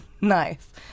Nice